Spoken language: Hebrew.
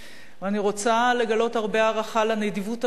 אבל אני רוצה לגלות הרבה הערכה לנדיבות הרגשית,